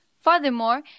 Furthermore